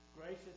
Gracious